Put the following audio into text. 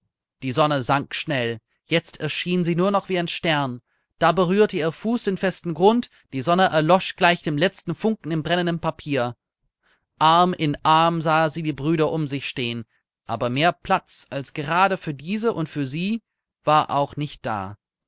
die sonne sank schnell jetzt erschien sie nur noch wie ein stern da berührte ihr fuß den festen grund die sonne erlosch gleich dem letzten funken im brennenden papier arm in arm sah sie die brüder um sich stehen aber mehr platz als gerade für diese und für sie war auch nicht da